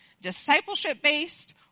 discipleship-based